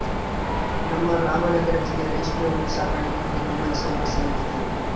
ನಮ್ ರಾಮನಗರ ಜಿಲ್ಲೆ ರೇಷ್ಮೆ ಹುಳು ಸಾಕಾಣಿಕ್ಗೆ ತುಂಬಾ ಹೆಸರುವಾಸಿಯಾಗೆತೆ